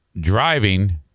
driving